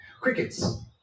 Crickets